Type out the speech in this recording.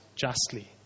justly